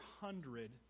hundred